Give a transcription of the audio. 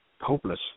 hopeless